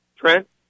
Trent